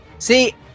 See